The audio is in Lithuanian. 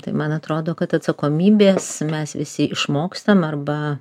tai man atrodo kad atsakomybės mes visi išmokstam arba